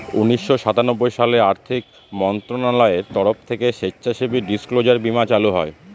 উনিশশো সাতানব্বই সালে আর্থিক মন্ত্রণালয়ের তরফ থেকে স্বেচ্ছাসেবী ডিসক্লোজার বীমা চালু হয়